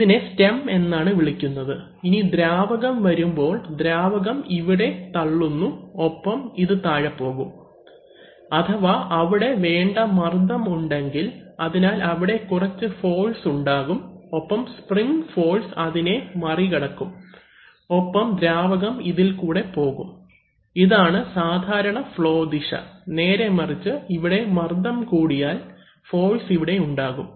ഇതിനെ സ്റ്റം എന്നാണ് വിളിക്കുന്നത് ഇനി ദ്രാവകം വരുമ്പോൾ ദ്രാവകം ഇവിടെ തള്ളുന്നു ഒപ്പം ഇത് താഴെ പോകും അഥവാ അവിടെ വേണ്ട മർദ്ദം ഉണ്ടെങ്കിൽ അതിനാൽ അവിടെ കുറച്ച് ഫോഴ്സ് ഉണ്ടാകും ഒപ്പം സ്പ്രിങ് ഫോഴ്സ് അതിനെ മറികടക്കും ഒപ്പം ദ്രാവകം ഇതിൽ കൂടെ പോകും ഇതാണ് സാധാരണ ഫ്ളോ ദിശ നേരെമറിച്ച് ഇവിടെ മർദ്ദം കൂടിയാൽ ഫോഴ്സ് ഇവിടെ ഉണ്ടാകും